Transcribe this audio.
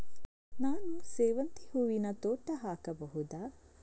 ನಾನು ಸೇವಂತಿ ಹೂವಿನ ತೋಟ ಹಾಕಬಹುದಾ?